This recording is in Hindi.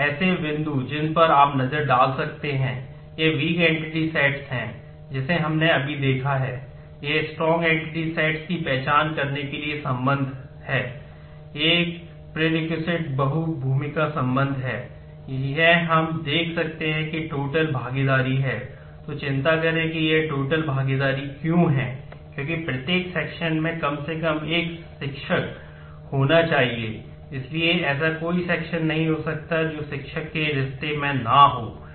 कुछ ऐसे बिंदु जिन पर आप नज़र डाल सकते हैं यह वीक एंटिटी सेट्स आयोजित की जाती हैं